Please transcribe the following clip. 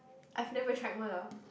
I've never tried one lah